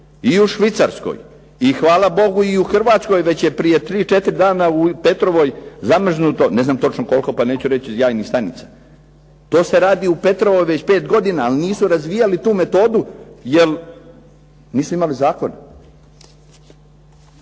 i u Švicarskoj, i hvala Bogu i u Hrvatskoj već je prije 3,4 dana zamrznuto ne znam točno koliko pa neću reći, jajnih stanica. To se radi u Petrovoj već 5 godina, ali nisu razvijali tu metodu, jel nisu imali zakon.